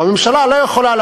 או הממשלה לא יכולה,